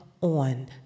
on